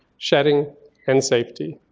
shedding and safety.